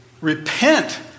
repent